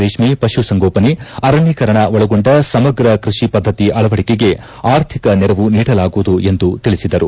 ರೇಷ್ಠೆ ಪಶುಸಂಗೋಪನೆ ಅರಣ್ಣೀಕರಣ ಒಳಗೊಂಡ ಸಮಗ್ರ ಕೃಷಿ ಪದ್ಧತಿ ಅಳವಡಿಕೆಗೆ ಆರ್ಥಿಕ ನೆರವು ನೀಡಲಾಗುವುದು ಎಂದು ತಿಳಿಸಿದರು